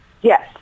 Yes